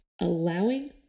allowing